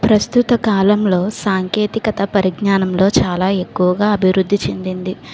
ప్రస్తుత కాలంలో సాంకేతికత పరిజ్ఞానంలో చాలా ఎక్కువగా అభివృద్ధి చెందింది